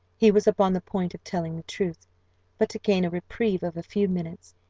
he was upon the point of telling the truth but to gain a reprieve of a few minutes,